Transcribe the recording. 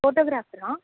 ஃபோட்டோகிராஃபரா